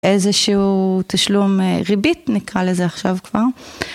איזשהו תשלום ריבית, נקרא לזה עכשיו כבר.